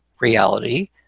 reality